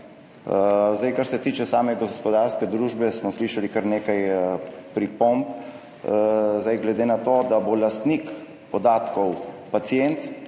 opravi. Kar se tiče same gospodarske družbe smo slišali kar nekaj pripomb. Glede na to, da bo lastnik podatkov pacient